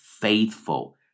faithful